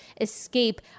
escape